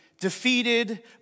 defeated